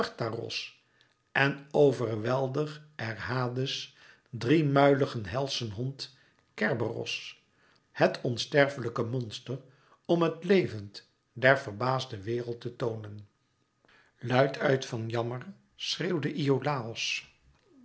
en overweldig er hades driemuiligen helschen hond kerberos het onsterfelijke monster om het levend der verbaasde wereld te toonen luid uit van jammer schreeuwde iolàos